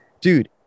dude